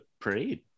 parade